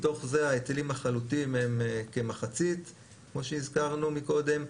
מתוך זה ההיטלים החלוטים הם כמחצית כמו שהזכרנו קודם.